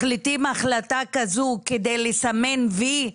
מחליטים החלטה כזו כדי לסמן "וי",